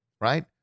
right